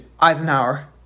Eisenhower